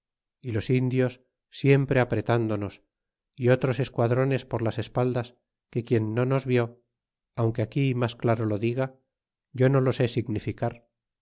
y los indios siempre apretándonos y otros esquadrones por las espaldas que quien no nos viú aunque aquí mas claro lo diga yo no lo sé significar